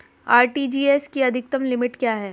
RTGS की अधिकतम limit क्या है?